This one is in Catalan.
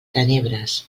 tenebres